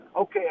okay